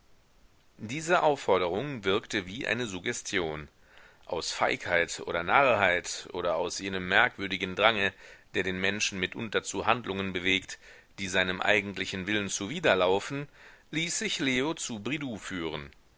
diese aufforderung wirkte wie eine suggestion aus feigheit oder narrheit oder aus jenem merkwürdigen drange der den menschen mitunter zu handlungen bewegt die seinem eigentlichen willen zuwiderlaufen ließ sich leo zu bridoux führen